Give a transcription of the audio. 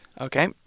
Okay